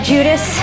Judas